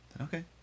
okay